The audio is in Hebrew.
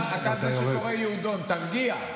אתה זה שקורא "יהודון", תרגיע.